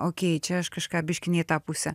okei čia aš kažką biškį ne į tą pusę